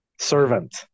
Servant